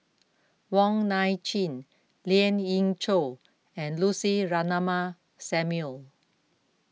Wong Nai Chin Lien Ying Chow and Lucy Ratnammah Samuel